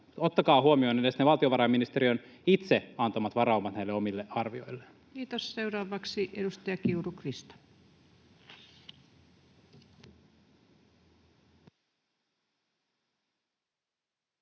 ottakaa huomioon edes ne valtiovarainministeriön itse antamat varaumat näille omille arvioilleen. [Speech 52] Speaker: Ensimmäinen